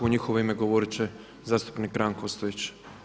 U njihovo ime govorit će zastupnik Ranko Ostojić.